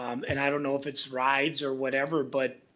um and, i don't know if it's rides or whatever but,